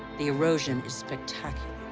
the erosion is spectacular.